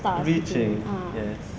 reaching yes